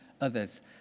others